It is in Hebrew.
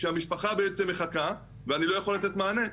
שהמשפחה בעצם מחכה ואני לא יכול לתת מענה,